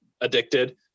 addicted